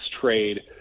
trade